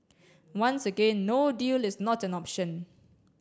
once again no deal is not an option